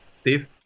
Steve